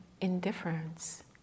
indifference